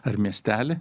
ar miestelį